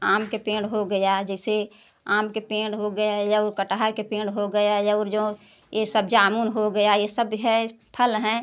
आम के पेड़ हो गया जैसे आम के पेड़ हो गया या ओर कटहल के पेड़ हो गया और जो यह सब जामुन हो गया यह सब है फल हैं